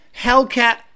Hellcat